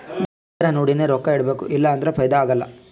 ಬಡ್ಡಿ ದರಾ ನೋಡಿನೆ ರೊಕ್ಕಾ ಇಡಬೇಕು ಇಲ್ಲಾ ಅಂದುರ್ ಫೈದಾ ಆಗಲ್ಲ